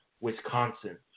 Wisconsin